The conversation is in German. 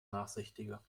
nachsichtiger